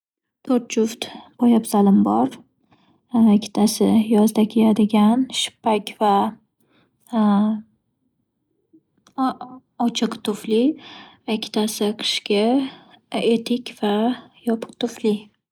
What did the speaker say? To'rt juft poyabzalim bor. Ikkitasi yozda kiyadigan shippak va o- ochiq tufli. Ikkitasi qishki e- etik va yopiq tufli.